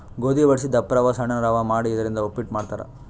ಗೋಧಿ ವಡಸಿ ದಪ್ಪ ರವಾ ಸಣ್ಣನ್ ರವಾ ಮಾಡಿ ಇದರಿಂದ ಉಪ್ಪಿಟ್ ಮಾಡ್ತಾರ್